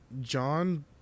John